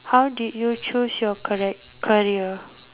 how did you choose your correct career